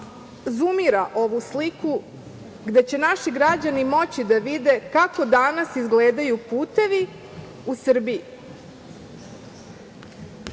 zumira ovu sliku, gde će naši građani moći da vide kako danas izgledaju putevi u Srbiji.